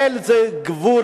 אין לזה גבול.